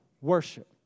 worship